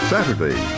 Saturday